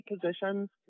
positions